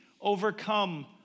overcome